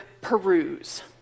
peruse